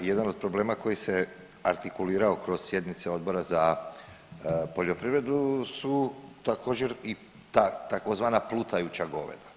Jedan od problema koji se artikulirao kroz sjednice Odbora za poljoprivredu su također i ta tzv. plutajuća goveda.